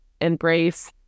embrace